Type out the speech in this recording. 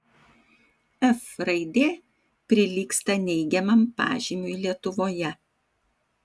f raidė prilygsta neigiamam pažymiui lietuvoje